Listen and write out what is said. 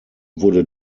wurde